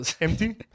empty